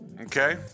okay